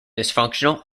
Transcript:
dysfunctional